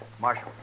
Marshal